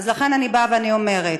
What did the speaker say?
אז לכן אני באה ואני אומרת: